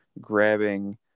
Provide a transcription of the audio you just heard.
grabbing